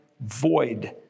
void